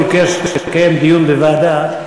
חבר הכנסת אוחיון ביקש לקיים דיון בוועדה.